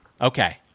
Okay